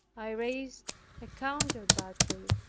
i raised a counter-battery,